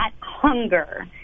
hunger